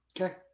Okay